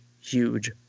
huge